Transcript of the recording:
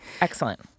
excellent